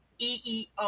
EEO